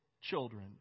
children